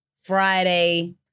Friday